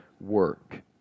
work